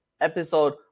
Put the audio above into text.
episode